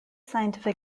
scientific